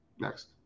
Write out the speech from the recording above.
Next